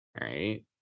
Right